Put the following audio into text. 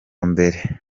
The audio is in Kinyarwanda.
mbere